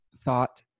thought